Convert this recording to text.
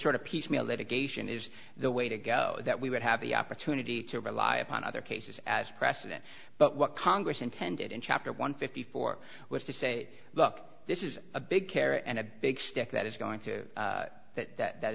sort of piecemeal litigation is the way to go that we would have the opportunity to rely upon other cases as precedent but what congress intended in chapter one fifty four was to say look this is a big care and a big stick that is going to that that